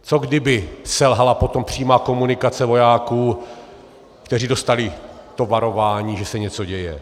Co kdyby selhala potom přímá komunikace vojáků, kteří dostali varování, že se něco děje?